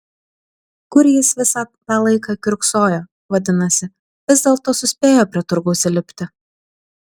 kur jis visą tą laiką kiurksojo vadinasi vis dėlto suspėjo prie turgaus įlipti